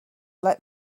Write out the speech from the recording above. let